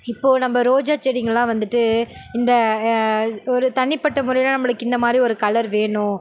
இப்போது நம்ம ரோஜா செடிகலாம் வந்துட்டு இந்த ஒரு தனிப்பட்ட முறையில நம்மளுக்கு இந்தமாதிரி ஒரு கலர் வேணும்